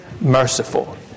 merciful